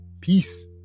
Peace